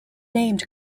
named